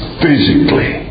physically